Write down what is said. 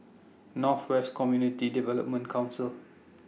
North West Community Development Council